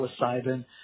psilocybin